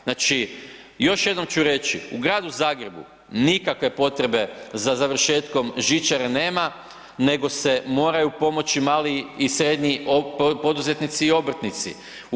Znači još jednom ću reći, u gradu Zagrebu, nikakve potrebe za završetkom žičare nema, nego se moraju pomoći mali i srednji poduzetnici i obrtnici.